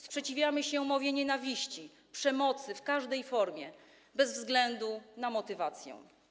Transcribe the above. Sprzeciwiamy się mowie nienawiści, przemocy w każdej formie, bez względu na motywację.